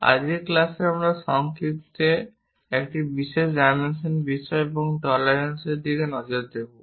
আজকের ক্লাসে আমরা সংক্ষেপে একটি বিশেষ ডাইমেনশনের বিষয় এবং টলারেন্সস এর দিকে নজর দেব